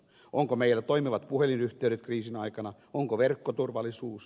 onko meillä toimivat puhelinyhteydet kriisin aikana onko verkkoturvallisuus